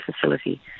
facility